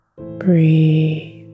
Breathe